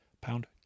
pound